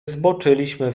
zboczyliśmy